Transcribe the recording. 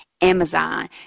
Amazon